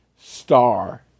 star